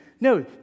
No